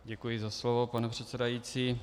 Děkuji za slovo, pane předsedající.